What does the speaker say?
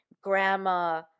grandma